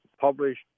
published